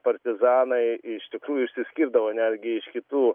partizanai iš tikrųjų išsiskirdavo netgi iš kitų